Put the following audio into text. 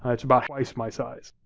ah it's about twice my size.